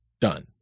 done